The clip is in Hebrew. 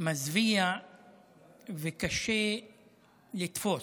מזוויע וקשה לתפוס.